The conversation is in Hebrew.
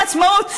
יום העצמאות,